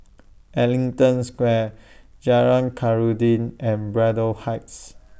Ellington Square Jalan Khairuddin and Braddell Heights